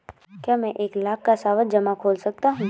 क्या मैं एक लाख का सावधि जमा खोल सकता हूँ?